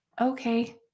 okay